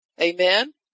Amen